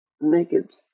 naked